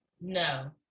No